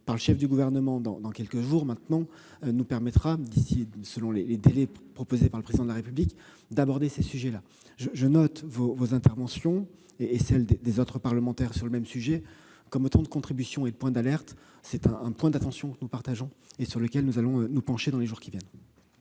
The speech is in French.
de déconfinement, pour prendre cette expression, nous permettra, selon les délais proposés par le Président de la République, d'aborder ces sujets. Je note vos interventions et celles des autres parlementaires sur ce sujet comme autant de contributions et d'alertes. C'est un point d'attention que nous partageons et sur lequel nous allons nous pencher dans les jours qui viennent.